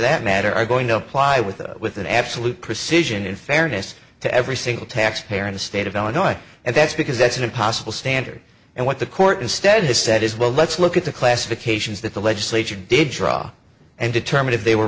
that matter are going to apply with that with an absolute precision in fairness to every single taxpayer in the state of illinois and that's because that's an impossible standard and what the court instead has said is well let's look at the classifications that the legislature did draw and determine if they were